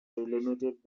limited